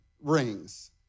rings